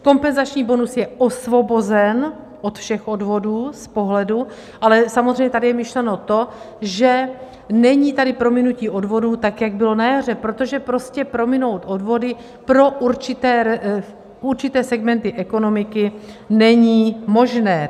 Kompenzační bonus je osvobozen od všech odvodů z pohledu ale samozřejmě tady je myšleno to, že není tady prominutí odvodů, tak jak bylo na jaře, protože prostě prominout odvody pro určité segmenty ekonomiky není možné.